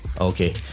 Okay